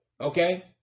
Okay